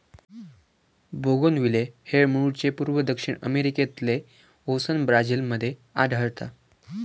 bougainvillea हे मूळचे पूर्व दक्षिण अमेरिकेतले असोन ब्राझील मध्ये आढळता